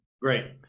Great